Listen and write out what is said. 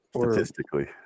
Statistically